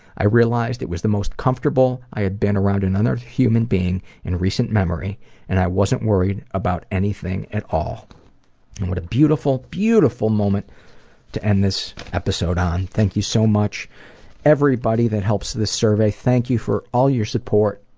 i realized it was the most comfortable i had been around another human being in a recent memory and i wasn't worried about anything at all. and what a beautiful, beautiful moment to end this episode on. thank you so much everybody that helps this survey, thank you for all your support.